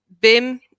BIM